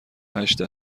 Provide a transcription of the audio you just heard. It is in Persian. هشت